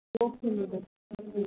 okay madam சரி ma'am